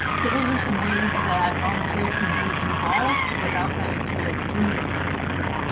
so those are some ways that volunteers can be involved without having to do it through the computer.